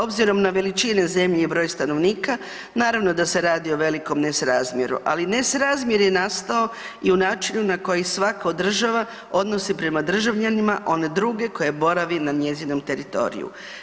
Obzirom na veličine zemlje i broj stanovnika, naravno da se radi o velikom nesrazmjeru ali nesrazmjer je nastao i u načinu na koji se svatko od država odnosi prema državljanima one druge koja boravi na njezinom teritoriju.